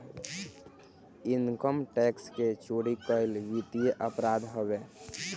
income tax के चोरी कईल वित्तीय अपराध हवे